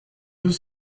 deux